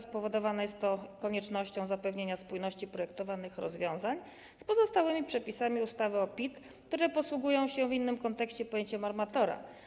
Spowodowane jest to koniecznością zapewnienia spójności projektowanych rozwiązań z pozostałymi przepisami ustawy o PIT, które posługują się w innym kontekście pojęciem armatora.